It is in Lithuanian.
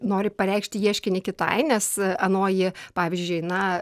nori pareikšti ieškinį kitai nes anoji pavyzdžiui na